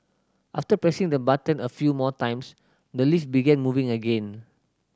after pressing the button a few more times the lift began moving again